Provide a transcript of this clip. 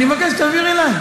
אני מבקש שתעבירי אלי.